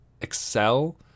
excel